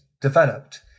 developed